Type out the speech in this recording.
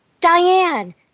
Diane